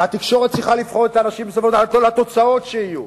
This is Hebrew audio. והתקשורת צריכה לבחור את האנשים בסופו של דבר על-פי התוצאות שיהיו.